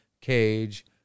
cage